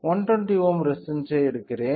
120 ohm resistance எடுக்கிறேன்